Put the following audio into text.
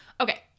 Okay